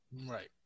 Right